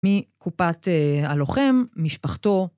מקופת הלוחם, משפחתו.